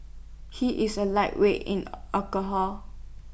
he is A lightweight in alcohol